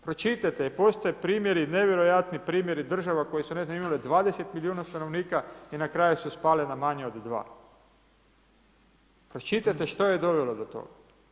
Pročitajte, postoje primjeri, nevjerojatni primjeri države koje su imale 20 milijuna stanovnika i na kraju su spale na manje od 2. Pročitajte što je dovelo do toga.